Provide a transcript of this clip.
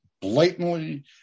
blatantly